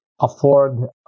afford